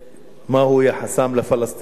מה הוא יחסם לפלסטינים?